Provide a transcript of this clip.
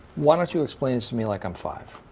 why don't you explain to me like i'm five